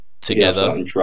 together